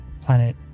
planet